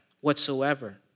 whatsoever